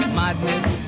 madness